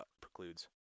precludes